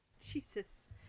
Jesus